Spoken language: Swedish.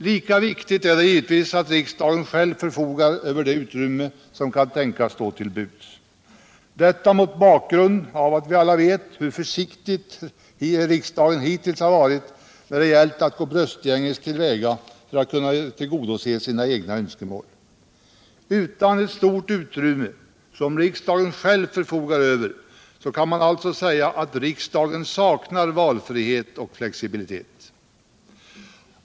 Lika viktigt är det givetvis att riksdagen själv förfogar över det utrymme som kan tänkas stå till buds, detta mot bakgrund av att vi alla vet hur försiktig riksdagen hittills har varit när det gällt att gå bröstgänges till väga för att kunna tillgodose sina egna önskemål. Utan ett stort utrymme, som riksdagen själv förfogar över, kan man alltså säga att riksdagen saknar valfrihet och flexibilitet.